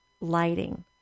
lighting